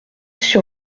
sur